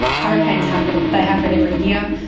hurricanes happen, they happen every year,